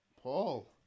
Paul